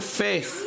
faith